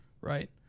right